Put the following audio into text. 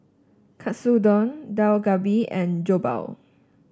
Katsudon Dak Galbi and Jokbal